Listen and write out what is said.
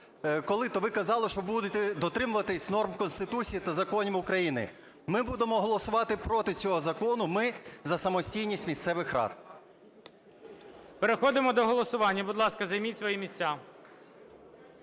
коли, то ви казали, що будете дотримуватися норм Конституції та законів України. Ми будемо голосувати проти цього закону. Ми за самостійність місцевих рад. ГОЛОВУЮЧИЙ. Переходимо до голосування. Будь ласка, займіть свої місця.